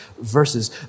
verses